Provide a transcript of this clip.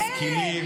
משכילים,